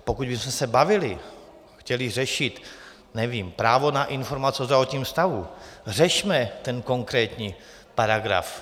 Pokud bychom se bavili, chtěli řešit, nevím, právo na informace o zdravotním stavu, řešme ten konkrétní paragraf.